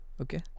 okay